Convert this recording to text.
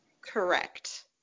correct